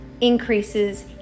increases